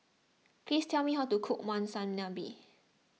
please tell me how to cook Monsunabe